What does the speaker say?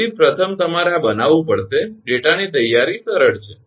તેથી પ્રથમ તમારે આ બનાવવું પડશે ડેટાની તૈયારી સરળ છે